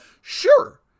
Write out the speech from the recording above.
sure